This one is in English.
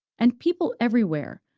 and people everywhere,